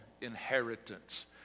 inheritance